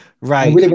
Right